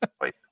Wait